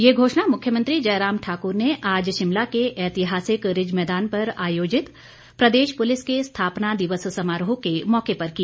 ये घोषणा मुख्यमंत्री जयराम ठाकुर ने आज शिमला के ऐतिहासिक रिज मैदान पर आयोजित प्रदेश पुलिस के स्थापना दिवस समारोह के मौके पर की